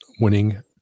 winning